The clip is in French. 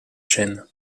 chaîne